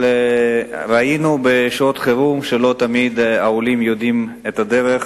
אבל בשעות חירום ראינו שהעולים לא תמיד יודעים את הדרך